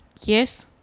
Yes